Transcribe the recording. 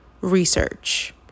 research